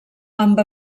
amb